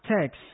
text